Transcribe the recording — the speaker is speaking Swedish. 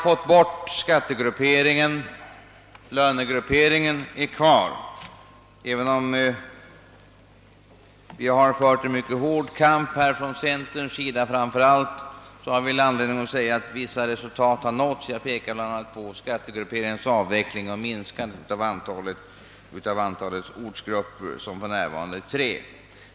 Från centerpartiets sida har vi fört en mycket hård kamp för att avskaffa dyrortssystemet, och vi har haft glädjen se att vissa resultat har uppnåtts. Jag vill bl.a. peka på avvecklingen av dyrortssystemet beträffande ortsavdragen och på minskningen av antalet ortsgrupper, som för närvarande är tre.